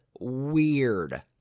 weird